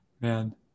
Man